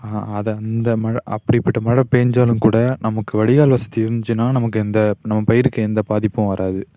ஆ அது அந்த மழை அப்படிப்பட்ட மழை பேஞ்சாலும் கூட நமக்கு வடிகால் வசதி இருந்துச்சுன்னா நமக்கு எந்த நம்ம பயிருக்கு எந்த பாதிப்பும் வராது